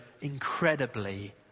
incredibly